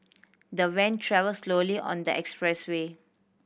the van travelled slowly on the expressway